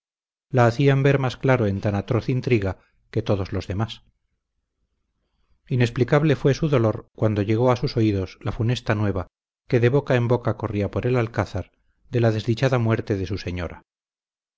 la hacían ver más claro en tan atroz intriga que todos los demás inexplicable fue su dolor cuando llegó a sus oídos la funesta nueva que de boca en boca corría por el alcázar de la desdichada muerte de su señora